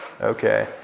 Okay